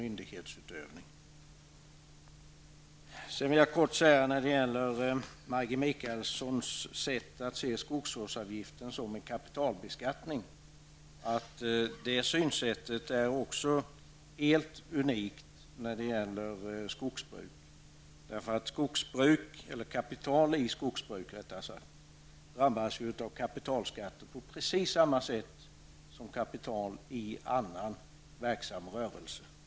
Maggi Mikaelsson ser skogsvårdsavgiften som en kapitalbeskattning. Det synsättet är helt unikt när det gäller skogsbruk. Kapital i skogsbruk drabbas ju av kapitalskatt på samma sätt som kapital i annan verksam rörelse.